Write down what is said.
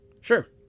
sure